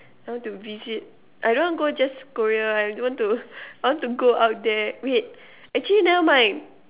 I want to visit I don't go just Korea I don't want to I want to go out there wait actually never mind